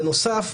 בנוסף,